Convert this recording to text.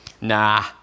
Nah